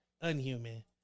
Unhuman